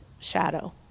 shadow